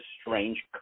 strange